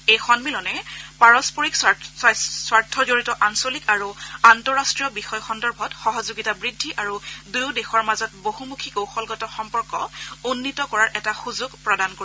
এই সন্মিলনে পাৰস্পৰিক স্বাৰ্থজড়িত আঞ্চলিক আৰু আন্তঃৰাষ্ট্ৰীয় বিষয় সন্দৰ্ভত সহযোগিতা বৃদ্ধি আৰু দুয়ো দেশৰ মাজত বহুমুখি কৌশলগত সম্পৰ্ক উন্নিত কৰাৰ এটা সুযোগ প্ৰদান কৰিব